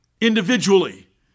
individually